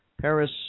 Paris